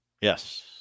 Yes